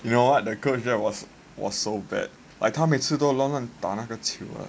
you know what the coach there was was so bad like 她每次都乱打那个那个球 ah